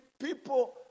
People